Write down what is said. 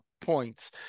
points